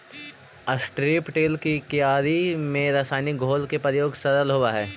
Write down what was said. strip till के क्यारि में रसायनिक घोल के प्रयोग सरल होवऽ हई